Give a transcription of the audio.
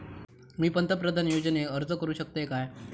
मी पंतप्रधान योजनेक अर्ज करू शकतय काय?